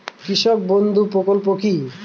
কৃষক বন্ধু প্রকল্প কি?